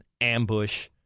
ambush